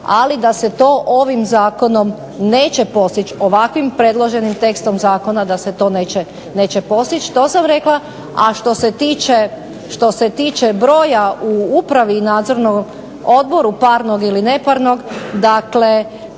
ali da se to ovim zakonom neće postići. Ovakvim predloženim tekstom zakona da se to neće postići, to sam rekla. A što se tiče broj u upravi u nadzornom odboru parnog ili neparnog, dakle